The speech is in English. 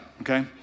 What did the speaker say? okay